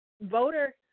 voter